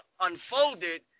unfolded